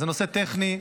זה נושא טכני.